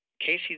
Casey